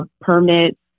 permits